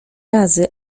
razy